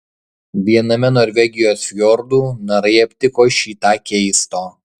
viename norvegijos fjordų narai aptiko šį tą keisto